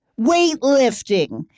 weightlifting